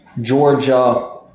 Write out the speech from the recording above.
Georgia